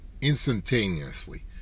instantaneously